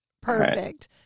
Perfect